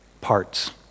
parts